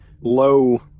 low